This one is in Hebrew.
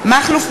השר,